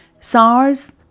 SARS